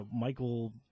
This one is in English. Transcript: Michael